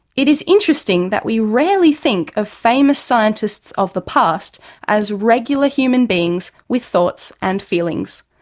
it is interesting that we rarely think of famous scientists of the past as regular human beings with thoughts and feelings.